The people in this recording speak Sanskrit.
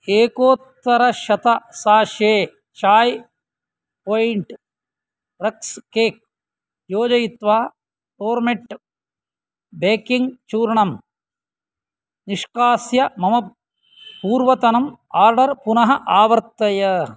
एकोत्तरशतं sachet chai point rusks cake योजयित्वा पोर्मेट् बेकिङ्ग् चूर्णम् निष्कास्य मम पूर्वतनम् आर्डर् पुनः आवर्तय